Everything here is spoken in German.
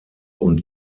und